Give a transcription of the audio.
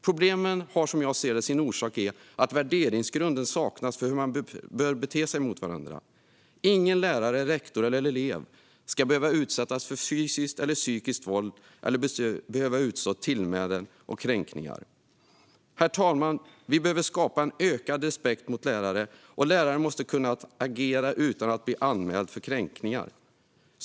Problemen har, som jag ser det, sin orsak i att värderingsgrunden för hur man bör bete sig mot varandra saknas. Ingen lärare, rektor eller elev ska behöva utsättas för fysiskt eller psykiskt våld eller behöva utstå tillmälen och kränkningar. Herr talman! Vi behöver skapa en ökad respekt för lärare, och lärare måste kunna agera utan att bli anmälda för kränkning.